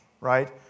right